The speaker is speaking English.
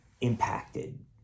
impacted